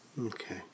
Okay